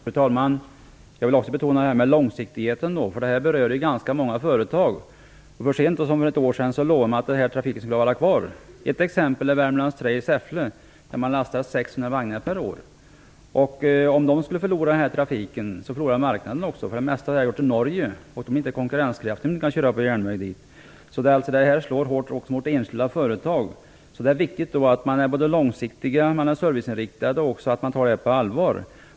Fru talman! Jag vill också betona långsiktigheten. Det berör ganska många företag. Så sent som för ett år sedan lovade man att trafiken skulle vara kvar. Ett exempel är Värmlands trä i Säffle, där man lastar 600 vagnar per år. Om de skulle förlora denna trafik förlorar de marknaden också. Det mesta går till Norge, och de är inte konkurrenskraftiga om de inte kan köra på järnväg dit. Det slår hårt också mot enskilda företag. Det är viktigt att man både är långsiktig och serviceinriktad och att man tar frågan på allvar.